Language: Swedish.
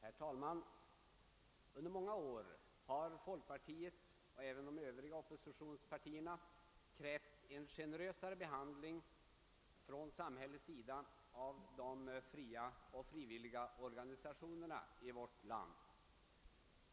Herr talman! Under många år har folkpartiet, och även de övriga oppositionspartierna, krävt en generösare behandling från samhällets sida av de fria och frivilliga organisationerna i vårt land.